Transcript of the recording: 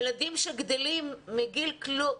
ילדים שגדלים מגיל כלום,